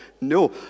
no